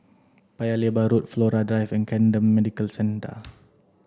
Paya Lebar Road Flora Drive and Camden Medical Centre